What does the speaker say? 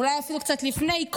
אולי אפילו קצת לפני,